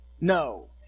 No